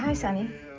um sunny!